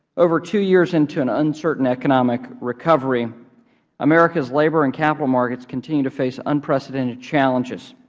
over two years into an uncertain economic recovery america's labor and capital markets continue to face unprecedented challenges.